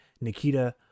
Nikita